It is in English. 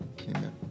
amen